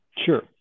Sure